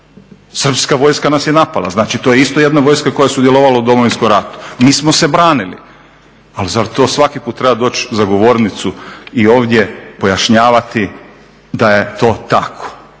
Srpska vojska nas je napala, znači to je isto jedna vojska koja je sudjelovala u Domovinskom ratu, mi smo se branili, ali zar to svaki put treba doći za govornicu i ovdje pojašnjavati da je to tako.